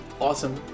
Awesome